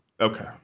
Okay